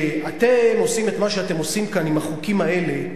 וכשאתם עושים את מה שאתם עושים כאן עם החוקים האלה,